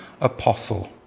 apostle